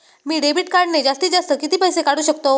मी debit कार्डने जास्तीत जास्त किती पैसे काढू शकतो?